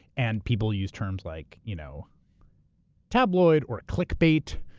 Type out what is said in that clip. and people use terms like you know tabloid or clickbait,